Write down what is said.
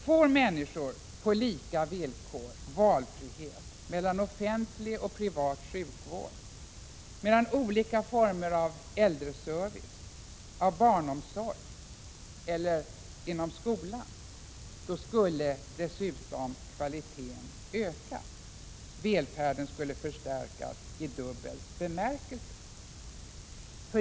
Får människor på lika villkor valfrihet mellan offentlig och privat sjukvård, mellan olika former av äldreservice, barnomsorg eller inom skolan, skulle dessutom kvaliteten öka. Välfärden skulle förstärkas i dubbel bemärkelse.